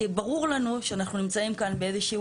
כי ברור לנו שאנחנו נמצאים כאן באיזושהי